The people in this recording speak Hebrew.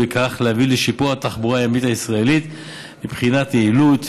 ובכך להביא לשיפור התחבורה הימית הישראלית מבחינת יעילות,